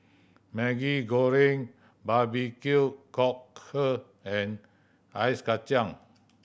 Maggi Goreng barbecue cockle and ice kacang